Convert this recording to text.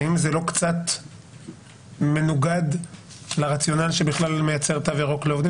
האם זה לא קצת מנוגד לרציונל שבכלל לייצר תו ירוק לעובדים?